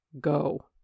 Go